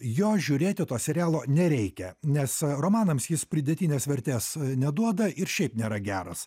jo žiūrėti to serialo nereikia nes romanams jis pridėtinės vertės neduoda ir šiaip nėra geras